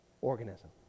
organism